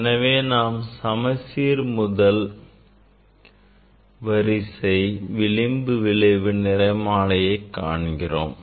எனவே நாம் சமசீர் முதல் வரிசை விளிம்பு விளைவு நிறமாலையை காண்கிறோம்